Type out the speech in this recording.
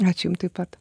ačiū jum taip pat